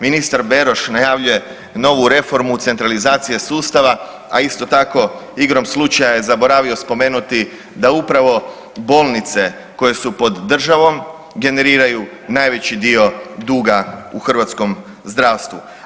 Ministar Beroš najavljuje novu reformu centralizacije sustava, a isto tako igrom slučaja je zaboravio spomenuti da upravo bolnice koje su pod državom generiraju najveći dio duga u hrvatskom zdravstvu.